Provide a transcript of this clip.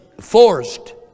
forced